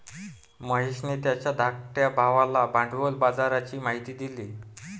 महेशने त्याच्या धाकट्या भावाला भांडवल बाजाराची माहिती दिली